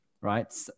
Right